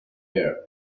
air